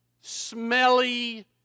smelly